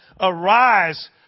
Arise